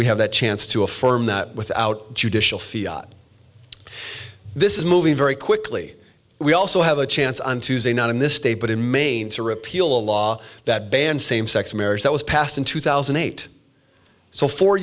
we have that chance to affirm that without judicial feel this is moving very quickly we also have a chance on tuesday not in this state but in maine to repeal a law that bans same sex marriage that was passed in two thousand and eight so four